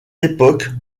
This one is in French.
époque